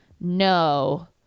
no